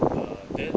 uh then